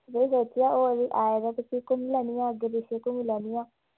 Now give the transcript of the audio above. में सोचेआ हून आए दा ते फ्ही घूमी लैन्नी आं अग्गें पिच्छें घूमी लैन्नी आं